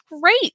great